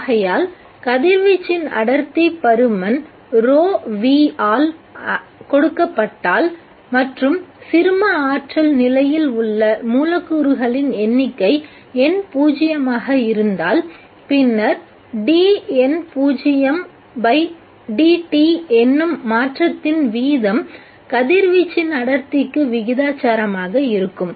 ஆகையால் கதிர்வீச்சின் அடர்த்தி பருமன் ρv ஆல் கொடுக்கப்பட்டால் மற்றும் சிறும ஆற்றல் நிலையில் உள்ள மூலக்கூறுகளின் எண்ணிக்கை N0 ஆக இருந்தால் பின்னர் dN0dt என்னும் மாற்றத்தின் வீதம் கதிர்வீச்சின் அடர்த்திக்கு விகிதாசாரமாக இருக்கும்